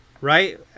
Right